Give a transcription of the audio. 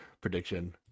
prediction